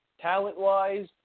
talent-wise